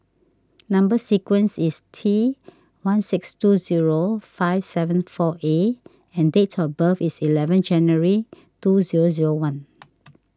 Number Sequence is T one six two zero five seven four A and date of birth is eleven January two zero zero one